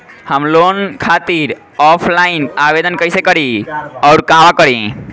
हम लोन खातिर ऑफलाइन आवेदन कइसे करि अउर कहवा करी?